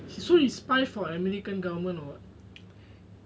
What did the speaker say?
so he spy for american government or what